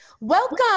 Welcome